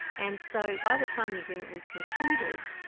and so by the time the agreement was concluded,